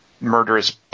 murderous